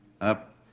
up